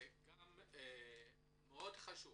מאוד חשוב